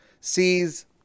sees